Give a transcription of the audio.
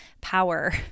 power